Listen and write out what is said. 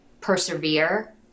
persevere